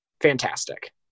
Fantastic